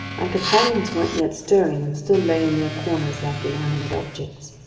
my companions weren't yet stirring and still lay in their corners like inanimate objects.